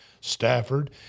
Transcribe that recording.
Stafford